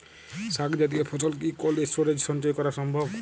শাক জাতীয় ফসল কি কোল্ড স্টোরেজে সঞ্চয় করা সম্ভব?